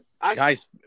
Guys